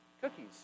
Cookies